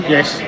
Yes